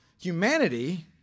humanity